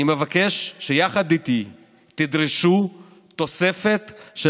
אני מבקש שיחד איתי תדרשו תוספת של